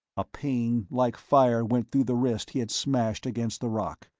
a pain like fire went through the wrist he had smashed against the rock.